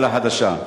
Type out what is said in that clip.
מפד"ל החדשה: